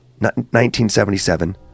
1977